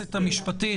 היועצת המשפטית,